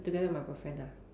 together with my boyfriend ah